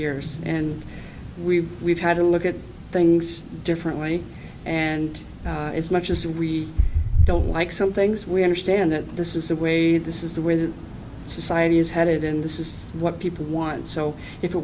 years and we've we've had to look at things differently and it's much as we don't like some things we understand that this is the way this is the way the society is headed in this is what people want so if it